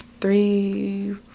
Three